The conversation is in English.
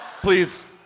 Please